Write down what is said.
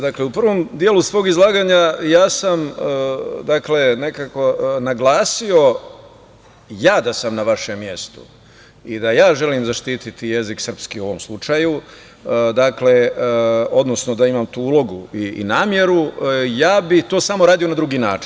Dakle, u prvom delu svog izlaganja ja sam nekako naglasio ja da sam na vašem mestu i da ja želim zaštiti jezik, srpski u ovom slučaju, odnosno da imam tu ulogu i nameru ja bih to samo uradio na drugi način.